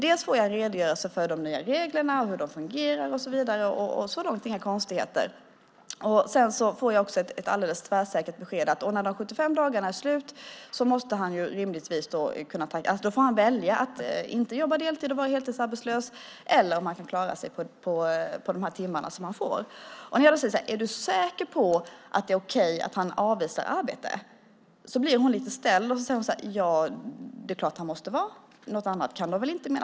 Jag fick en redogörelse för de nya reglerna, hur de fungerar och så vidare. Så långt är det inga konstigheter. Sedan får jag också ett alldeles tvärsäkert besked om att när de 75 dagarna är slut får han välja att antingen inte jobba deltid och vara heltidsarbetslös eller att klara sig på de timmar som han får. När jag frågade om hon var säker på att det är okej att han avvisar arbete blev hon lite ställd. Hon säger att det är klart att han måste kunna göra det. Något annat kan man väl inte mena.